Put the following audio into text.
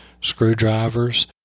screwdrivers